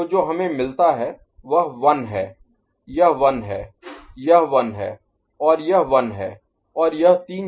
तो जो हमें मिलता है वह 1 है यह 1 है यह 1 है और यह 1 है और यह तीन 0 है और 1